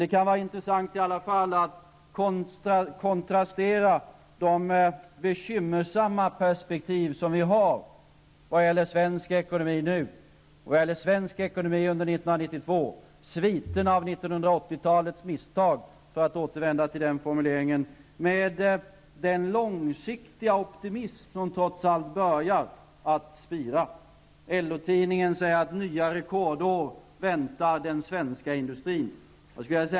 Det kan i alla fall vara intressant att kontrastera de bekymmersamma perspektiv som vi har vad gäller svensk ekonomi nu och under 1992 och sviterna av 1980-talets misstag, för att återvända till den formuleringen, med den långsiktiga optimism som trots allt börjar att spira. LO-tidningen säger att nya rekordår väntar den svenska industrin.